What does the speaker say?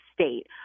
state